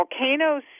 volcanoes